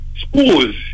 schools